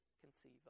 conceive